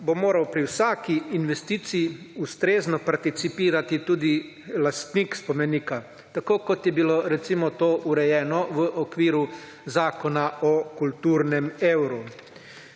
(nadaljevanje) investiciji ustrezno participirati tudi lastnik spomenika, tako, kot je bilo recimo to urejeno v okviru Zakona o kulturnem evru.